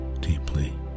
deeply